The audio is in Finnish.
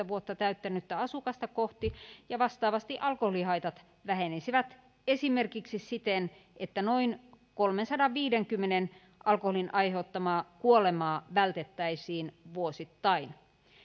vuotta täyttänyttä asukasta kohti ja vastaavasti alkoholihaitat vähenisivät esimerkiksi siten että noin kolmensadanviidenkymmenen alkoholin aiheuttamaa kuolemaa vältettäisiin vuosittain